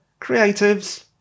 creatives